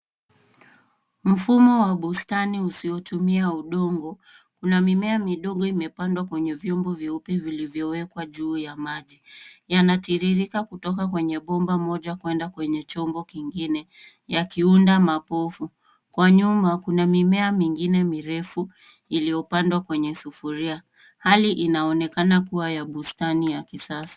Mfumo wa bustani usiotumia udongo una mimea midogo imepandwa kwenye vyombo vyeupe vilivyowekwa juu ya maji. Yanatiririka kutoka kwenye bomba moja kuenda kwenye chombo kingine yakiunda mapofu. Kwa nyuma kuna mimea mingine mirefu iliyopandwa kwenye sufuria. Hali inaonekana kuwa ya bustani ya kisasa.